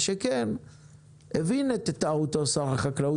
לא נמצאו הכספים